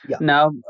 Now